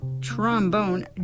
trombone